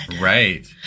Right